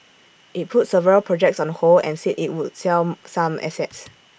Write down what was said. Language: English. IT put several projects on hold and said IT would sell some assets